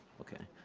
okay,